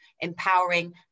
empowering